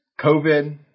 COVID